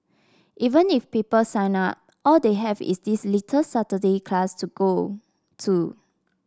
even if people sign up all they have is this little Saturday class to go to